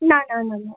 না না না না